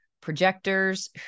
projectors